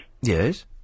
Yes